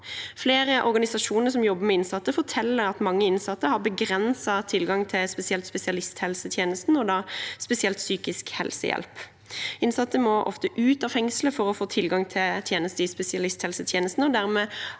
Flere av organisasjonene som jobber med innsatte, forteller at mange innsatte har begrenset tilgang til spesialisthelsetjenesten, og spesielt til psykisk helsehjelp. Innsatte må ofte ut av fengselet for å få tilgang til tjenester i spesialisthelsetjenesten og er dermed